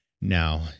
now